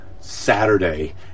Saturday